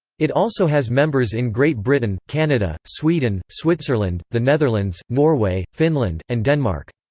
it also has members in great britain, canada, sweden, switzerland, the netherlands, norway, finland, and denmark.